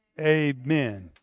amen